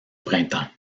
printemps